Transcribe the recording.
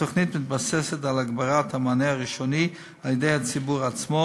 התוכנית מתבססת על הגברת המענה הראשוני על-ידי הציבור עצמו,